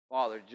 Father